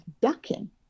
ducking